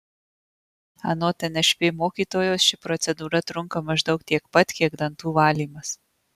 anot nšp mokytojos ši procedūra trunka maždaug tiek pat kiek dantų valymas